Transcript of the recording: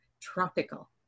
tropical